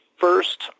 First